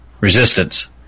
resistance